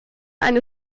eine